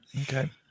Okay